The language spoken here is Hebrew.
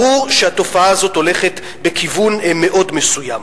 ברור שהתופעה הזאת הולכת בכיוון מאוד מסוים.